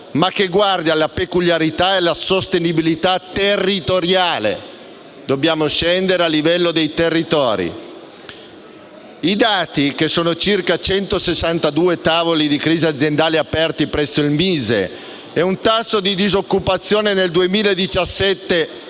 ma che guardi alla peculiarità e alla sostenibilità territoriale (dobbiamo scendere a livello dei territori). I dati - che sono circa 162 tavoli di crisi aziendali aperti presso il MISE e un tasso di disoccupazione nel 2017